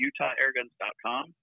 Utahairguns.com